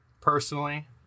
personally